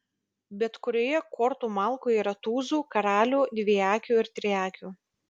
bet kurioje kortų malkoje yra tūzų karalių dviakių ir triakių